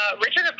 Richard